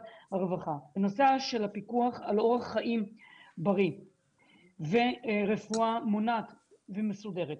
הרווחה בנושא הפיקוח על אורח חיים בריא ורפואה מונעת ומסודרת.